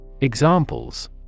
Examples